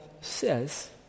says